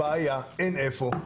בעיה, אין איפה.